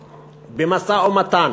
במשא-ומתן,